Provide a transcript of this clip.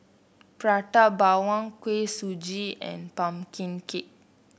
Prata Bawang Kuih Suji and pumpkin cake